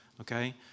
okay